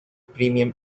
premium